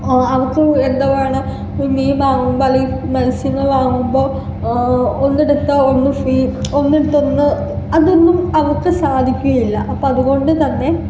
അവർക്ക് എന്താ വേണം മീൻ വാങ്ങുമ്പോൾ അല്ലെങ്കിൽ മത്സ്യങ്ങൾ വാങ്ങുമ്പോൾ ഒന്ന് എടുത്താൽ ഒന്ന് ഫ്രീ ഒന്ന് എടുത്താൽ ഒന്ന് അതൊന്നും അവർക്ക് സാധിക്കുകയില്ല അപ്പം അതുകൊണ്ട് തന്നെ